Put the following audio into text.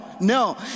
no